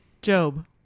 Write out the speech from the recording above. Job